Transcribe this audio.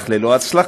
אך ללא הצלחה,